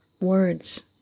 words